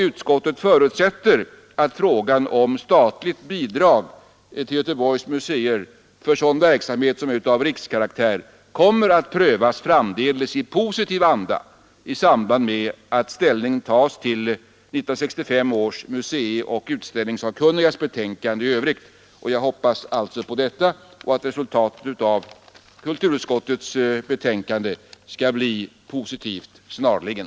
Utskottet förutsätter att frågan om statligt bidrag till Göteborgs museer för sådan verksamhet som är av rikskaraktär kommer att framdeles prövas i positiv anda i samband med att ställning tas till 1965 års museioch utställningssakkunnigas betänkande i övrigt. Jag hoppas alltså på detta och på att resultatet av kulturutskottets betänkande skall bli positivt snarligen.